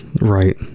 Right